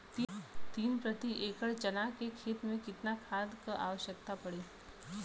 तीन प्रति एकड़ चना के खेत मे कितना खाद क आवश्यकता पड़ी?